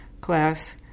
class